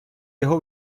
його